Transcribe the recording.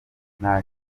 nta